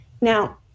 Now